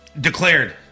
declared